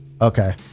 Okay